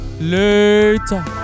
later